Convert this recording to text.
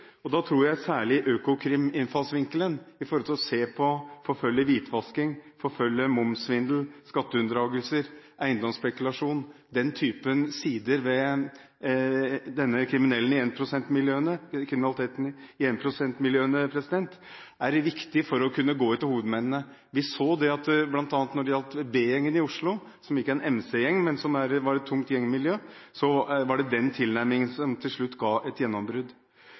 før. Da tror jeg Økokrims vinkling når det gjelder å se på hvitvasking, forfølge momssvindel, skatteunndragelser og eiendomsspekulasjon – denne typen kriminalitet i énprosentmiljøene – er viktig for å kunne gå etter hovedmennene. Vi så bl.a. når det gjaldt B-gjengen i Oslo – som ikke var en MC-gjeng, men et tungt gjengmiljø – at det var den tilnærmingen som til slutt ga et gjennombrudd.